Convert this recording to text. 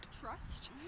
Trust